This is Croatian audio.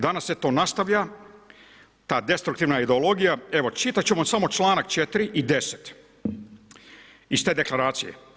Danas se to nastavlja, ta destruktivna ideologija, evo čitat ću vam samo članak 4. i 10. iz te deklaracije.